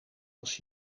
als